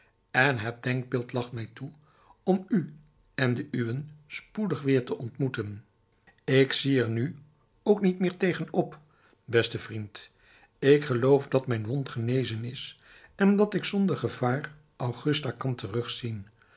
en het denkbeeld lacht mij toe om u en de uwen spoedig weer te ontmoeten ik zie er nu ook niet meer tegen op beste vriend ik geloof dat mijn wond genezen is en dat ik zonder gevaar augusta kan terugzien